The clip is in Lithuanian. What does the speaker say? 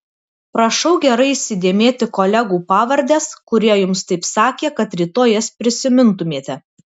prašau gerai įsidėmėti kolegų pavardes kurie jums taip sakė kad rytoj jas prisimintumėte